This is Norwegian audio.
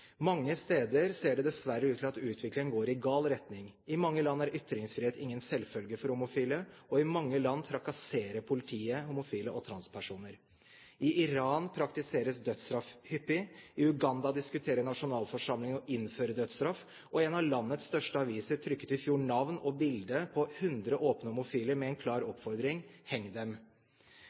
Mange steder ser det dessverre ut til at utviklingen går i gal retning: I mange land er ytringsfrihet ingen selvfølge for homofile, og i mange land trakasserer politiet homofile og transpersoner. I Iran praktiseres dødsstraff hyppig. I Uganda diskuterer nasjonalforsamlingen å innføre dødsstraff, og en av landets største aviser trykket i fjor navn på og bilder av 100 åpne homofile, med en klar oppfordring: Heng dem!